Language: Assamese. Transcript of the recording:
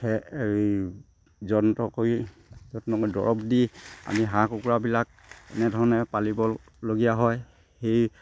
যত্ন কৰি যত্ন কৰি দৰৱ দি আমি হাঁহ কুকুৰাবিলাক এনেধৰণে পালিবলগীয়া হয় সেই